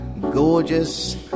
gorgeous